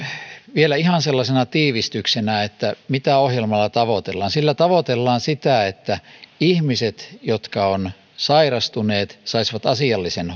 vielä ihan sellaisena tiivistyksenä mitä ohjelmalla tavoitellaan sillä tavoitellaan sitä että ihmiset jotka ovat sairastuneet saisivat asiallisen